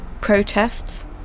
protests